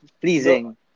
pleasing